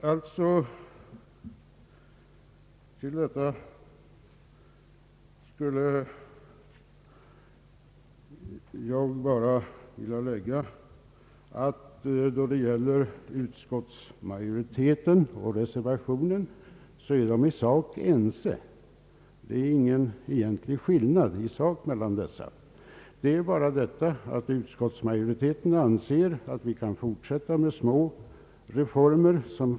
Jag vill bara tillägga att utskottsmajoriteten och reservanterna är ense i sak; ingen egentlig skillnad råder i sak mellan dem. Det är bara det att utskottsmajoriteten anser att vi kan fortsätta med små reformer.